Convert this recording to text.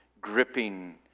gripping